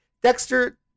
Dexter